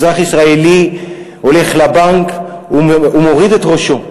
אזרח ישראלי הולך לבנק ומוריד את ראשו.